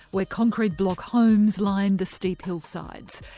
where concrete block homes lined the steep hillsides.